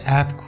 app